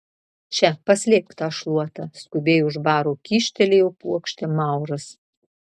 še paslėpk tą šluotą skubiai už baro kyštelėjo puokštę mauras